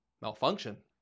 malfunction